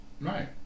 Right